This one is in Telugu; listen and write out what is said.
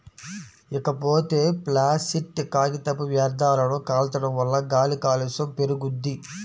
ఇకపోతే ప్లాసిట్ కాగితపు వ్యర్థాలను కాల్చడం వల్ల గాలి కాలుష్యం పెరుగుద్ది